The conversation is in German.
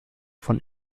von